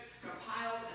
compiled